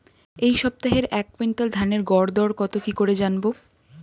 এই সপ্তাহের এক কুইন্টাল ধানের গর দর কত কি করে জানবো?